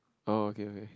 oh okay okay